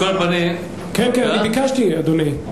כן, כן, אני ביקשתי, אדוני.